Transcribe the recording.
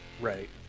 Right